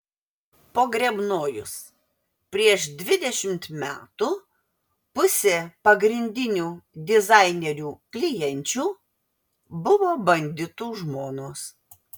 pogrebnojus prieš dvidešimt metų pusė pagrindinių dizainerių klienčių buvo banditų žmonos